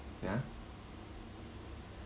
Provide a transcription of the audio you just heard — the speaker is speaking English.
ya